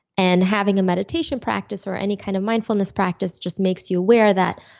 and having a meditation practice or any kind of mindfulness practice just makes you aware that,